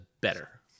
better